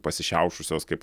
pasišiaušusios kaip